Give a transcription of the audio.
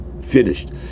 finished